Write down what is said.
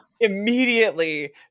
immediately